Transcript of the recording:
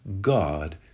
God